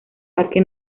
parque